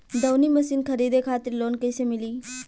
दऊनी मशीन खरीदे खातिर लोन कइसे मिली?